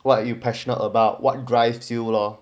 what are you passionate about what drives you lor